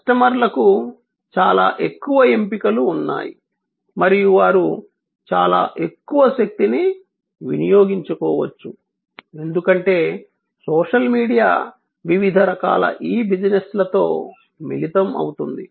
కస్టమర్లకు చాలా ఎక్కువ ఎంపికలు ఉన్నాయి మరియు వారు చాలా ఎక్కువ శక్తిని వినియోగించుకోవచ్చు ఎందుకంటే సోషల్ మీడియా వివిధ రకాల ఇ బిజినెస్లతో మిళితం అవుతుంది